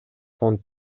фонд